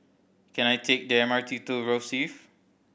can I take the M R T to Rosyth